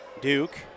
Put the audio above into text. Duke